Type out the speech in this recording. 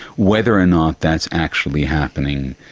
whether or not that's actually happening,